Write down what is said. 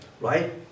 right